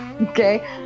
okay